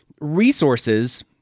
resources